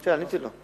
כן, עניתי לו.